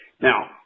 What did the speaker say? Now